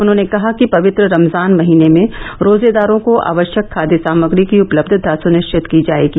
उन्होंने कहा कि पवित्र रमजान महीने में रोजेदारों को आवश्यक खाद्य सामग्री की उपलब्यता सुनिश्चित की जाएगी